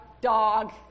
dog